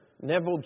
Neville